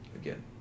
again